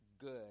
good